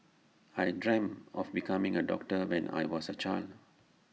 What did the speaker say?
I dreamt of becoming A doctor when I was A child